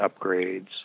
upgrades